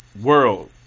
world